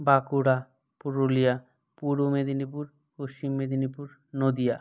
Bankura Purulia Purba Medinipur Paschim Medinipur Nadia